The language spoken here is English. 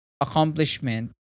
accomplishment